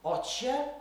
o čia